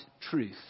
truth